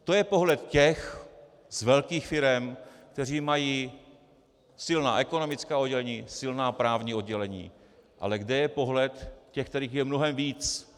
To je pohled těch z velkých firem, kteří mají silná ekonomická oddělení, silná právní oddělení, ale kde je pohled těch, kterých je mnohem víc?